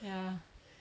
ya